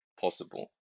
possible